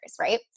right